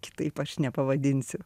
kitaip aš nepavadinsiu